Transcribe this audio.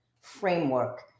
framework